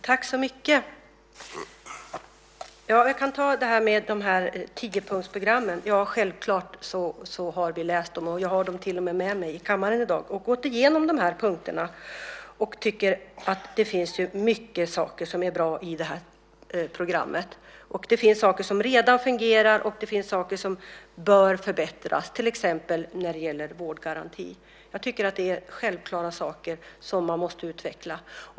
Herr talman! Låt mig svara på detta om tiopunktsprogrammet. Vi har självfallet läst det, och jag har till och med med mig det i kammaren i dag. Vi har gått igenom de här punkterna och tycker att det finns många saker som är bra i det här programmet. Det finns saker som redan fungerar, och det finns saker som bör förbättras, till exempel vårdgarantin. Jag tycker att det är självklara saker som man måste utveckla.